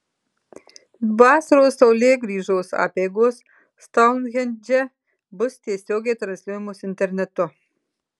vasaros saulėgrįžos apeigos stounhendže bus tiesiogiai transliuojamos internetu